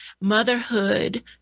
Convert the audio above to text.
motherhood